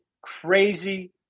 crazy